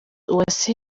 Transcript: uwase